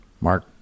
Mark